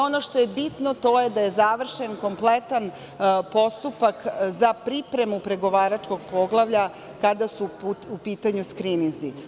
Ono što je bitno to je da završen kompletan postupak za pripremu pregovaračkog poglavlja kada su u pitanju skrininzi.